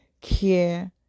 care